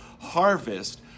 harvest